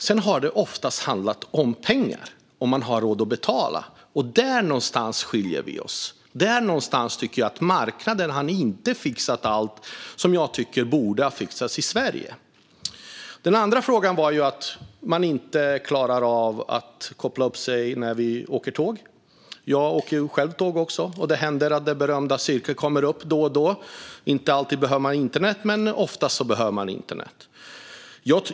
Sedan har det ofta handlat om pengar och om man har råd att betala. Och där någonstans skiljer vi oss åt. Där någonstans tycker jag att marknaden inte har fixat allt som jag tycker borde ha fixats i Sverige. En annan fråga som jag fick handlade om att det inte alltid går att koppla upp sig när man åker tåg. Även jag åker tåg, och det händer att den berömda cirkeln kommer upp då och då. Man behöver inte alltid internet, men oftast behöver man internet.